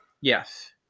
Yes